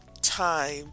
time